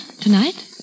tonight